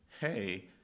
hey